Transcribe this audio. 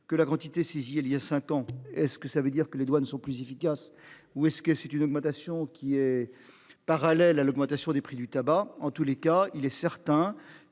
que la quantité saisie il y a 5 ans-ce que ça veut dire que les doigts ne sont plus efficaces ou est-ce que c'est une augmentation qui est parallèle à l'augmentation des prix du tabac en tous les cas, il est certain que